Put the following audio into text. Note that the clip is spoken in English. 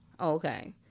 Okay